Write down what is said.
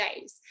days